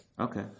Okay